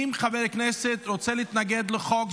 אם חבר כנסת רוצה להתנגד לחוק,